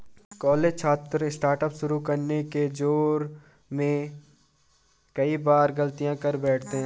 college छात्र startup शुरू करने के जोश में कई बार गलतियां कर बैठते हैं